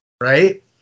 right